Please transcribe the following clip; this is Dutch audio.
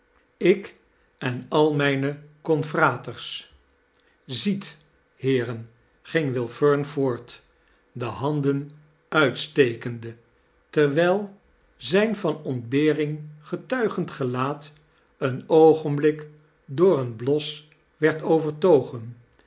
ik en al mijne oonfraters ziet heeren ging will fern voort de handen uitstekende terwijl zijn van ontbering getuigend gelaat een oogenblik door een bios werd overtogen